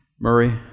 Murray